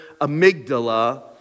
amygdala